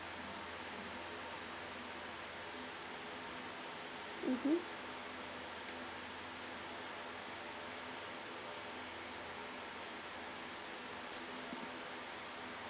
mmhmm